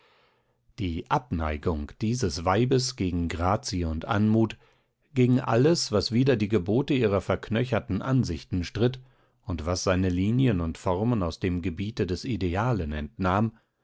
die abneigung dieses weibes gegen grazie und anmut gegen alles was wider die gebote ihrer verknöcherten ansichten stritt und was seine linien und formen aus dem gebiete des idealen entnahm